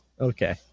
Okay